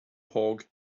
hog